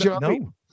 No